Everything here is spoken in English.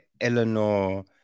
Eleanor